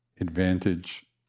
advantage